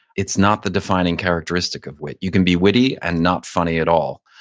it's not the defining characteristic of wit. you can be witty and not funny at all.